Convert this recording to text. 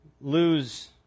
lose